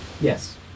Yes